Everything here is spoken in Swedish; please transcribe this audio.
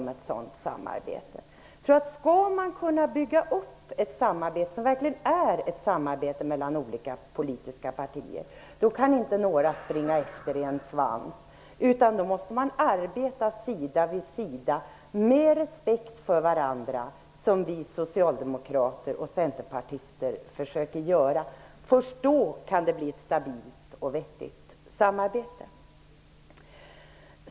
Ett sådant samarbete spricker. Skall man kunna bygga upp ett samarbete som verkligen är ett samarbete mellan olika politiska partier kan inte några springa efter i en svans. Då måste man arbeta sida vid sida med respekt för varandra som vi socialdemokrater och centerpartister försöker att göra. Först då kan det bli ett stabilt och vettigt samarbete.